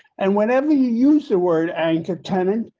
and whenever you use the word anchor, tenant,